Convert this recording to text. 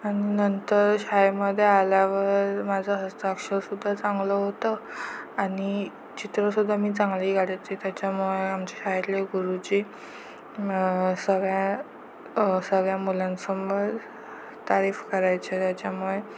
आणि नंतर शाळेमध्ये आल्यावर माझं हस्ताक्षर सुद्धा चांगलं होतं आणि चित्र सुद्धा मी चांगली काढायचे त्याच्यामुळे आमच्या शाळेतले गुरुजी सगळ्या सगळ्या मुलांसमोर तारीफ करायचे त्याच्यामुळे